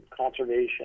conservation